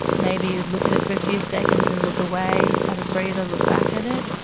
maybe you'd look at it for a few seconds and look away, have a breather, look back at it.